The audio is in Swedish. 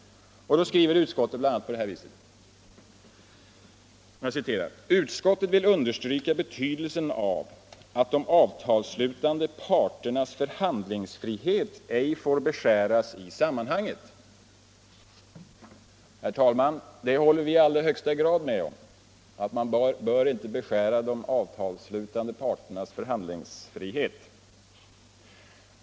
Utskottet skriver bl.a. på det här viset: ”Utskottet vill understryka betydelsen av att de avtalsslutande parternas förhandlingsfrihet ej får beskäras i sammanhanget.” Herr talman! Vi håller i allra högsta grad med om att man inte bör beskära de avtalsslutande parternas handlingsfrihet.